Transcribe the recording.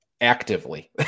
actively